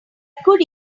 could